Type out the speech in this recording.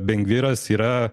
bingviras yra